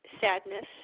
sadness